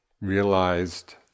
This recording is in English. realized